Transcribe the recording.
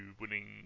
winning